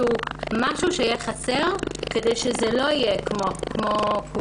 ושמשהו יהיה חסר כדי שזה לא יהיה כמו כולם.